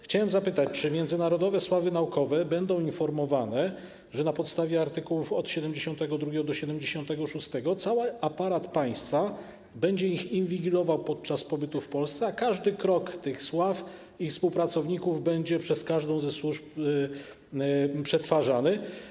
Chciałem zapytać: Czy międzynarodowe sławy naukowe będą informowane, że na podstawie art. 72-76 cały aparat państwa będzie je inwigilował podczas pobytu w Polsce, a każdy krok tych sław i ich współpracowników będzie przez każdą ze służb przetwarzany?